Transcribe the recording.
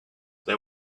they